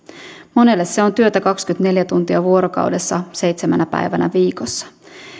monelle se on työtä kaksikymmentäneljä tuntia vuorokaudessa seitsemänä päivänä viikossa